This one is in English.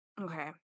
Okay